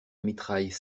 mitraille